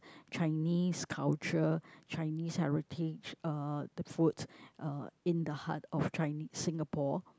Chinese culture Chinese heritage uh the food uh in the heart of Chine~ Singapore